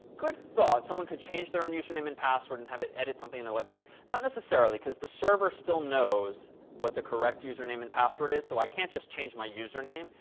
good thought. someone can change their own username and password and have it edit something in the website, not necessarily. because the server still knows what the correct username and password is, so i can't just change my username,